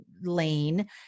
lane